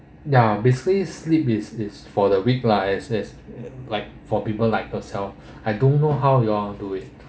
ya basically sleep is is for the weak lah as as like for people like yourself I don't know how you all do it